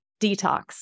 detox